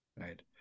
Right